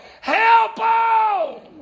Help